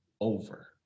over